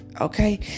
Okay